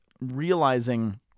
realizing